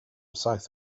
saith